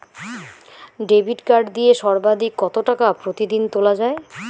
Debit card দিয়ে সর্বাধিক কত টাকা প্রতিদিন তোলা য়ায়?